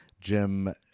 Jim